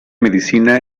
medicina